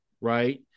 right